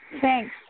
Thanks